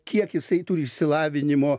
kiek jisai turi išsilavinimo